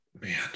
Man